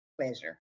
pleasure